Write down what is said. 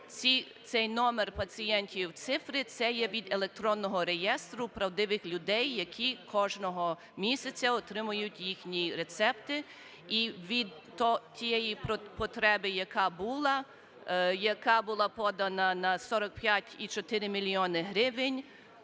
Цей номер пацієнтів, цифри - це є від електронного реєстру правдивих людей, які кожного місяця отримують їхні рецепти, і від тієї потреби, яка була, яка була подана на 45,4 мільйони гривень,